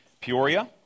Peoria